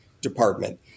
department